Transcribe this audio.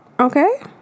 Okay